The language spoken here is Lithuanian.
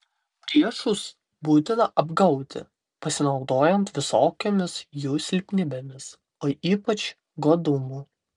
priešus būtina apgauti pasinaudojant visokiomis jų silpnybėmis o ypač godumu